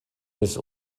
des